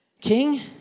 King